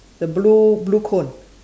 the blue blue cone